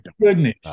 goodness